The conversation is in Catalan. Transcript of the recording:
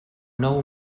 nou